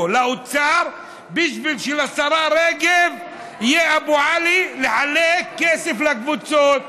לאוצר בשביל שלשרה רגב יהיה אבו עלי לחלק כסף לקבוצות.